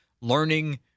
learning